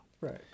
Right